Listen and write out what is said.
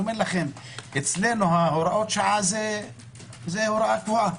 אצלנו הוראת השעה היא הוראה קבועה.